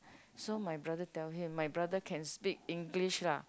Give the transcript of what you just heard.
so my brother tell him my brother can speak English lah